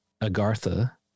Agartha